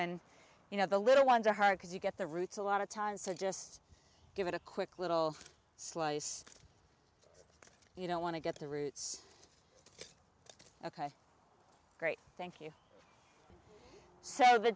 and you know the little ones are hard because you get the roots a lot of times so just give it a quick little slice you don't want to get the roots ok great thank you so